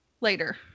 later